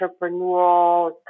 entrepreneurial